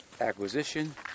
acquisition